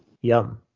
Yum